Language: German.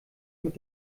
mit